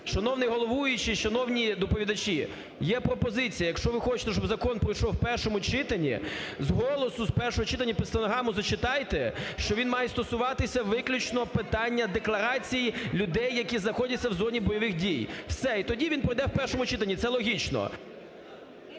шановний головуючий, шановні доповідачі, є пропозиція, якщо ви хочете, щоб закон пройшов в першому читанні, з голосу з першого читання під стенограму зачитайте, що він має стосуватися виключно питання декларацій людей, які знаходяться в зоні бойових дій. Все і тоді він пройде в першому читанні – це логічно.